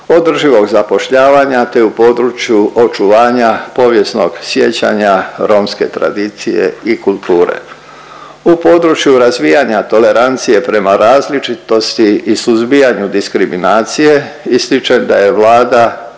održivog zapošljavanja te u području očuvanja povijesnog sjećanja romske tradicije i kulture. U području razvijanja tolerancije prema različitosti i suzbijanju diskriminacije, ističem da je Vlada